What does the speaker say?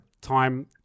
time